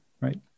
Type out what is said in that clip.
right